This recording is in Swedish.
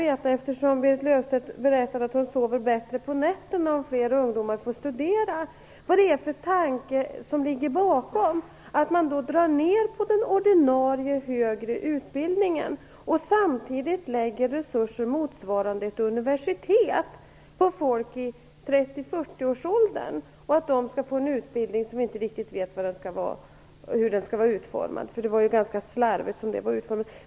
Eftersom Berit Löfstedt berättade att hon sover bättre om nätterna om fler ungdomar får studera, skulle jag också vilja veta vad det är för tanke som ligger bakom att man då drar ned på den ordinarie högre utbildningen och samtidigt lägger resurser motsvarande ett universitet på folk i 30-40-årsåldern, som skall få en utbildning som vi inte riktigt känner till utformningen av. Utformningen var ju ganska slarvigt formulerad.